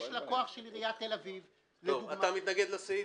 יש לקוח של עיריית תל אביב --- אתה מתנגד לסעיף?